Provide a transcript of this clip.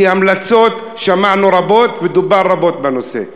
כי המלצות שמענו רבות ודובר רבות בנושא.